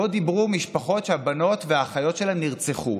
שבו דיברו משפחות שבהן הבנות והאחיות נרצחו.